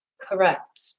Correct